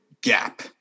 gap